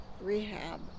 rehab